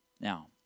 Now